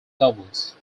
doubles